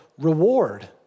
reward